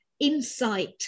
insight